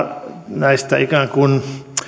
näistä ikään kuin